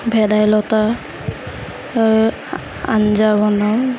ভেদাইলতাৰ আঞ্জা বনাওঁ